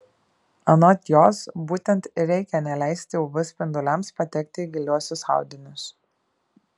anot jos būtent ir reikia neleisti uv spinduliams patekti į giliuosius audinius